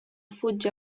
fugge